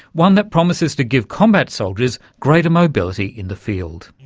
one that promises to give combat soldiers greater mobility in the field.